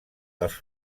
dels